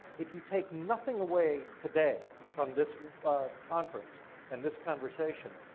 if you take nothing away today from this conference and this conversation,